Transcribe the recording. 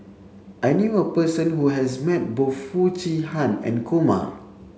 I knew a person who has met both Foo Chee Han and Kumar